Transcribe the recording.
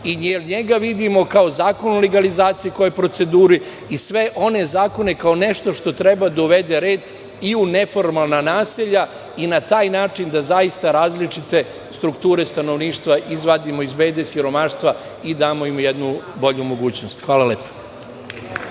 njega vidimo kao zakon o legalizaciji, koji je u proceduri i sve one zakone kao nešto što treba da uvede red i u neformalna naselja i na taj način da zaista različite strukture stanovništva izvadimo iz bede, siromaštva i damo im jednu bolju mogućnost. Hvala vam